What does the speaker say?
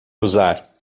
usar